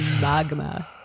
Magma